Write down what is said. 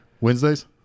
Wednesdays